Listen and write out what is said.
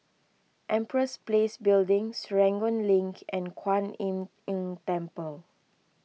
Empress Place Building Serangoon Link and Kwan Im Tng Temple